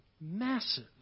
massive